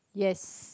yes